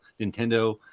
Nintendo